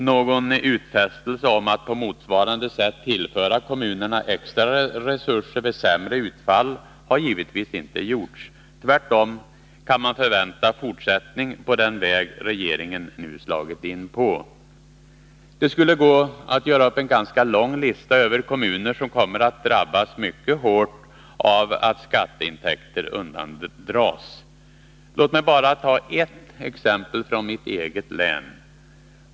Någon utfästelse om att på motsvarande sätt tillföra kommunerna extra resurser vid sämre utfall har givetvis inte gjorts. Tvärtom kan man förvänta en fortsättning på den väg som regeringen nu har slagit in på. Det skulle gå att göra en ganska lång lista över kommuner som kommer att drabbas mycket hårt av att skatteintäkter undandras dem. Låt mig bara ta ett exempel från mitt eget län.